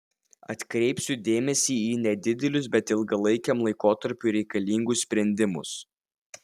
atkreipsiu dėmesį į nedidelius bet ilgalaikiam laikotarpiui reikalingus sprendimus